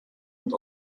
und